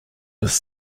his